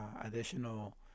additional